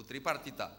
Tripartita.